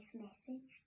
message